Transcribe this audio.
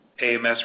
AMS